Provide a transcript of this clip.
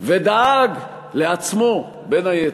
ודאג לעצמו בין היתר.